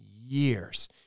years